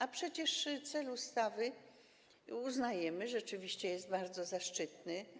A przecież cel ustawy uznajemy, on rzeczywiście jest bardzo zaszczytny.